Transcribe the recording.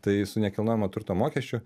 tai su nekilnojamo turto mokesčiu